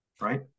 right